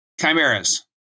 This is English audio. Chimeras